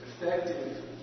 Effective